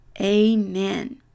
Amen